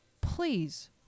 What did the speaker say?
Please